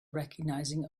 recognizing